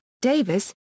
Davis